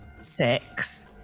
six